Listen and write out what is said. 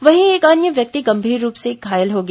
वहीं एक अन्य व्यक्ति गंभीर रूप से घायल हो गया